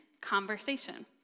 conversation